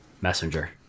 Messenger